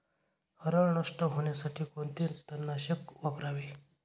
हरळ नष्ट होण्यासाठी कोणते तणनाशक वापरावे?